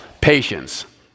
patience